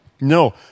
No